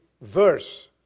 verse